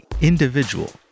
individual